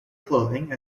clothing